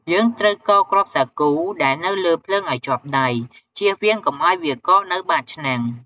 យើងត្រូវកូរគ្រាប់សាគូ ដែលនៅលើភ្លើងឲ្យជាប់ដៃ ជៀសវាងកុំឲ្យវាកកនៅបាតឆ្នាំង។